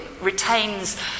retains